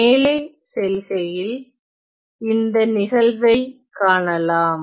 மேலே செல்கையில் இந்த நிகழ்வை காணலாம்